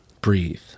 breathe